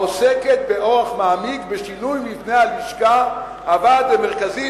העוסקת באורח מעמיק בשינוי מבנה הלשכה והוועד המרכזי,